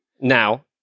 Now